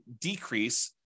decrease